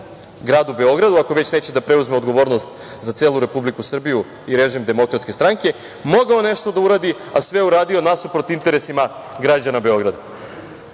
gradu Beogradu, ako već neće da preuzme odgovornost za celu Republiku Srbiju i režim DS, mogao nešto da uradi, a sve je uradio nasuprot interesima građana Beograda. Takođe,